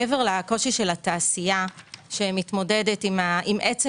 מעבר לקושי של התעשייה שמתמודדת עם עצם